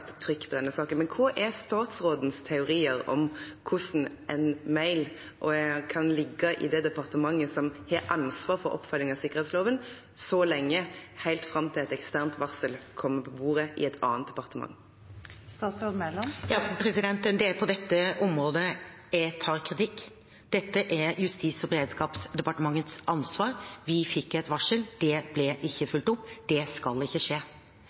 trykk på denne saken. Hva er statsrådens teorier om hvordan en mail kan ligge i det departementet som har ansvar for oppfølging av sikkerhetsloven, så lenge, helt fram til et eksternt varsel kommer på bordet i et annet departement? Det er på dette området jeg tar kritikk. Dette er Justis- og beredskapsdepartementets ansvar. Vi fikk et varsel. Det ble ikke fulgt opp. Det skal ikke skje.